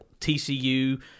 TCU